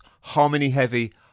harmony-heavy